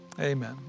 amen